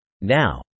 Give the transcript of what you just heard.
Now